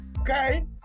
Okay